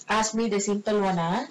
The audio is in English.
asked me the simple one ah